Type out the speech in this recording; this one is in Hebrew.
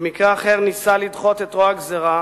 במקרה אחר הוא ניסה לדחות את רוע הגזירה